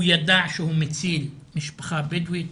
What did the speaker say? הוא ידע שהוא מציל משפחה בדואית,